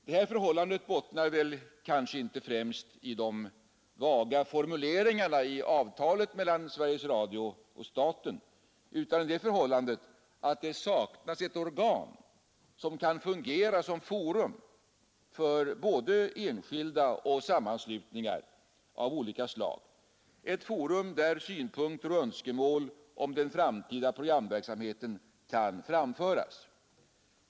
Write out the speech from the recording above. Detta förhållande bottnar kanske inte främst i de vaga formuleringarna i avtalet mellan Sveriges Radio och staten utan beror snarare på att det saknas ett organ, som kan fungera som forum för både enskilda och sammanslutningar av olika slag och där synpunkter på och önskemål om den framtida programverksamheten kan framföras.